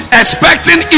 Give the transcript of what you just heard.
expecting